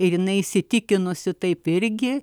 ir jinai įsitikinusi taip irgi